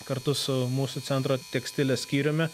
kartu su mūsų centro tekstilės skyriumi